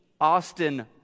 Austin